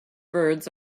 birds